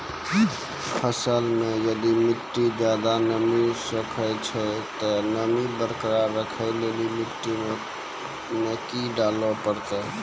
फसल मे यदि मिट्टी ज्यादा नमी सोखे छै ते नमी बरकरार रखे लेली मिट्टी मे की डाले परतै?